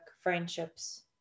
friendships